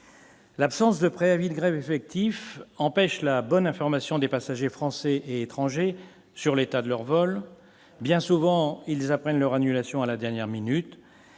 l'absence de préavis de grève effectifs empêche la bonne information des passagers français et étrangers sur l'état de leurs vols, bien souvent, ils apprennent leur annulation à la dernière minute